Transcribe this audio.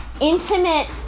intimate